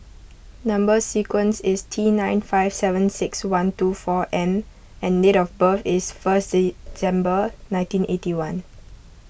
Number Sequence is T nine five seven six one two four M and date of birth is first December nineteen eighty one